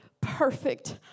perfect